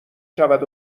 شود